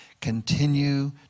continue